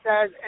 says